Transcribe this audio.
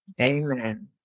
Amen